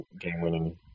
game-winning